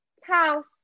house